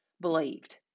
believed